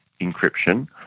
encryption